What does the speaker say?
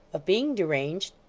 of being deranged?